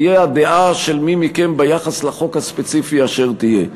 תהיה הדעה של מי מכם ביחס לחוק הספציפי אשר תהיה.